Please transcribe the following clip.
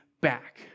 back